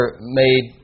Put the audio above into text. made